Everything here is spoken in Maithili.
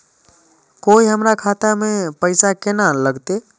कोय हमरा खाता में पैसा केना लगते?